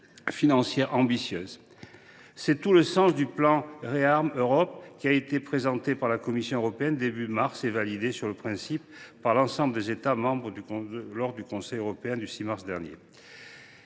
financières ambitieuses. C’est tout le sens du plan ReArm Europe, qui a été présenté par la Commission européenne au début du mois de mars et validé sur le principe par l’ensemble des États membres lors du Conseil européen du 6 mars dernier.